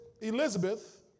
Elizabeth